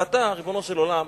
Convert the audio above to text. ואתה, ריבונו של עולם,